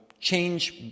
change